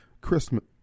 Christmas